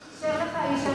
אם יישאר לך משהו.